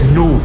no